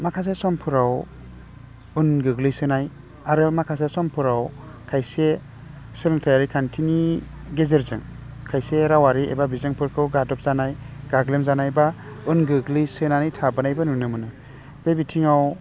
माखासे समफोराव उन गोग्लैसोनाय आरो माखासे समफोराव खायसे सोलोंथाइयारि खान्थिनि गेजेरजों खायसे रावारि एबा बिजोंफोरखौ गादबजानाय गाग्लेमजानाय बा उन गोग्लैसोनानै थाबोनायबो नुनो मोनो बे बिथिङाव